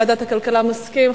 ועדת הכלכלה, מסכים?